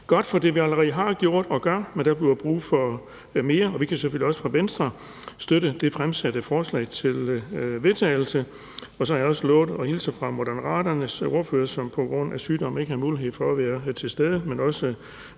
Godt for det, vi allerede har gjort og gør. Men der bliver brug for mere, og vi kan selvfølgelig også fra Venstre støtte det fremsatte forslag til vedtagelse. Og så har jeg også lovet at hilse fra Moderaternes ordfører, som på grund af sygdom ikke havde mulighed for at være til stede, men også